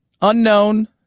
unknown